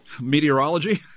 Meteorology